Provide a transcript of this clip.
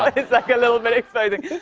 it's like a little bit exposing.